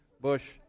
bush